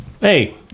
hey